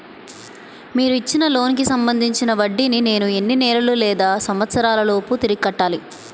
మీరు ఇచ్చిన లోన్ కి సంబందించిన వడ్డీని నేను ఎన్ని నెలలు లేదా సంవత్సరాలలోపు తిరిగి కట్టాలి?